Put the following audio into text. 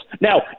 Now